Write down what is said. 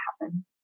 happen